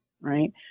right